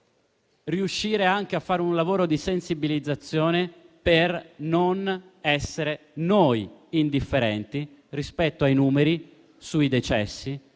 riuscire anche a fare un lavoro di sensibilizzazione per non essere noi indifferenti rispetto ai numeri sui decessi